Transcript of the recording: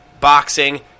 boxing